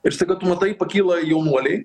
ir staiga tu matai pakyla jaunuoliai